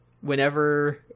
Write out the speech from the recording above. whenever